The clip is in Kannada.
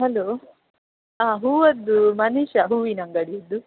ಹಲೋ ಹಾಂ ಹೂವಿದ್ದು ಮನಿಷಾ ಹೂವಿನ ಅಂಗಡಿಯಿದು